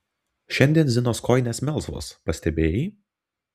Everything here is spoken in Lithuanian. šiandien zinos kojinės melsvos pastebėjai